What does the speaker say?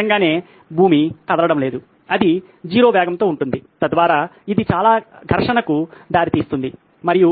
సహజంగానే భూమి కదలడం లేదు అది 0 వేగంతో ఉంటుంది తద్వారా ఇది చాలా ఘర్షణకు దారితీస్తుంది మరియు